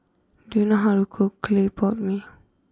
do you know how to cook Clay Pot Mee